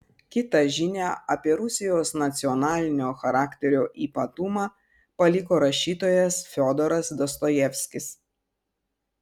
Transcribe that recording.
kitą žinią apie rusijos nacionalinio charakterio ypatumą paliko rašytojas fiodoras dostojevskis